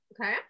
Okay